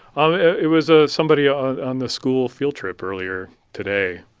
ah it was ah somebody on on the school field trip earlier today.